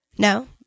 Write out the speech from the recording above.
No